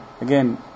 Again